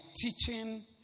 teaching